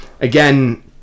again